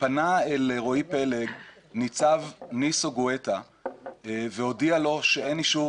פנה אל רועי פלג סגן ניצב ניסו גואטה והודיע לו שאין אישור